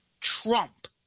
Trump